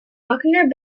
buckner